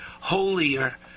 holier